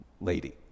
lady